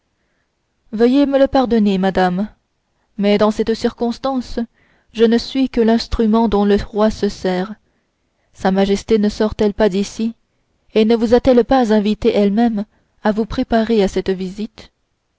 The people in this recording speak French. veuillez me le pardonner madame mais dans cette circonstance je ne suis que l'instrument dont le roi se sert sa majesté ne sort elle pas d'ici et ne vous a-t-elle pas invitée elle-même à vous préparer à cette visite